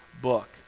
book